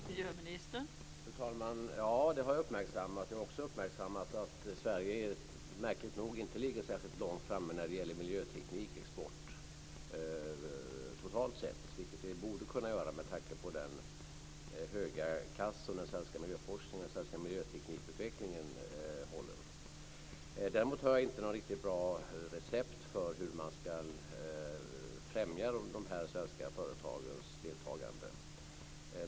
Fru talman! Ja, det har jag uppmärksammat. Jag har också uppmärksammat att Sverige märkligt nog inte ligger särskilt långt framme när det gäller miljöteknikexport totalt sett. Det borde vi kunna göra med tanke på den höga klass som den svenska miljöforskningen, den svenska miljöteknikutvecklingen, håller. Däremot har jag inte något riktigt bra recept för hur man ska främja de här svenska företagens deltagande.